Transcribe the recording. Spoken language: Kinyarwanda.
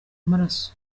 amaraso